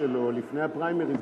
תודה רבה.